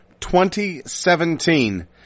2017